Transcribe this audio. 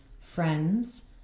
friends